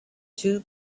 two